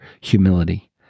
humility